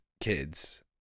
kids